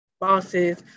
bosses